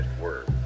word